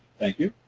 thank you.